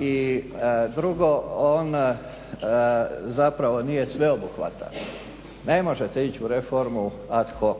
i drugo on zapravo nije sveobuhvatan. Ne možete ići u reformu ad hoc.